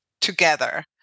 together